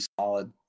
solid